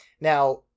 Now